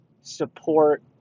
support –